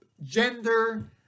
gender